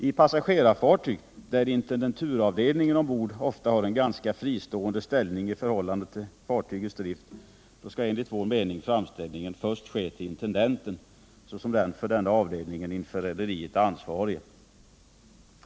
I passagerarfartyg, där intendenturavdelningen ombord ofta har en ganska fristående ställning i förhållande till fartygets drift, skall enligt vår mening framställningen först ske till intendenten såsom den för denna avdelning inför rederiet ansvarige.